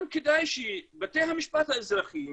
גם כדאי שבתי המשפט האזרחיים